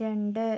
രണ്ട്